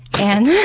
and,